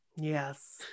yes